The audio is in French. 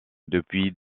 depuis